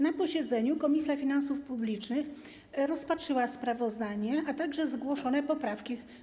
Na posiedzeniu Komisja Finansów Publicznych rozpatrzyła sprawozdanie, a także zgłoszone poprawki.